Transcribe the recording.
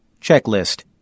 Checklist